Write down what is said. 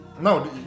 No